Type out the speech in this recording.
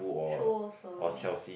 full also ah